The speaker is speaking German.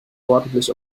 ordentlich